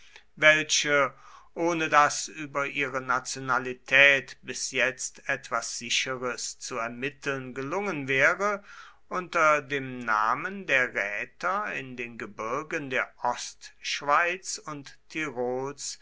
welche ohne daß über ihre nationalität bis jetzt etwas sicheres zu ermitteln gelungen wäre unter dem namen der räter in den gebirgen der ostschweiz und tirols